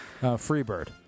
Freebird